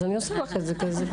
אז אני עושה לך את זה ככה.